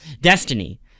destiny